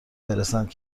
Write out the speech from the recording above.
برسند